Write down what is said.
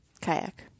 Kayak